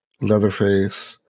Leatherface